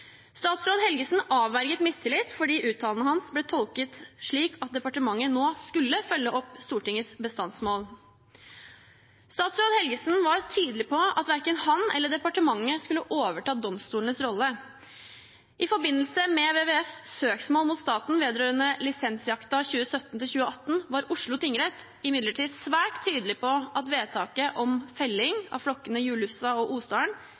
statsråd Helgesen avverget mistillit fordi uttalelsene hans ble tolket slik at departementet nå skulle følge opp Stortingets bestandsmål. Statsråd Helgesen var tydelig på at verken han eller departementet skulle overta domstolenes rolle. I forbindelse med WWFs søksmål mot staten vedrørende lisensjakten 2017–2018 var Oslo tingrett imidlertid svært tydelig på at vedtaket om felling av flokkene i Julussa og Osdalen